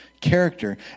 character